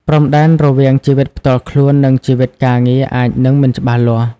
ព្រំដែនរវាងជីវិតផ្ទាល់ខ្លួន និងជីវិតការងារអាចនឹងមិនច្បាស់លាស់។